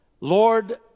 Lord